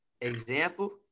example